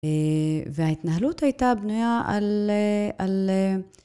וההתנהלות הייתה בנויה על...